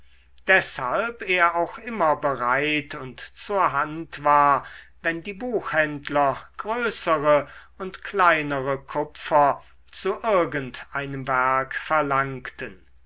deshalb er auch immer bereit und zur hand war wenn die buchhändler größere und kleinere kupfer zu irgend einem werk verlangten